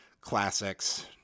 classics